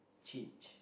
changed